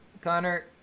Connor